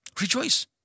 Rejoice